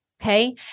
Okay